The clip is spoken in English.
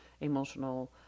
emotional